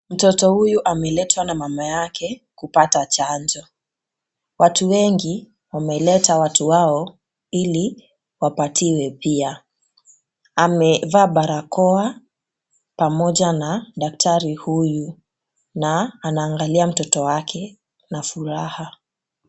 Mtoto huyu ameletwa na mama yake kupata chanjo. Watu wengi wameleta watu wao ili wapatiwe pia. Amevaa barakoa pamoja na daktari huyu na anaangalia mtoto wake na furaha.